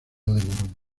morón